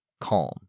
calm